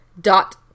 dot